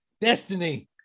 destiny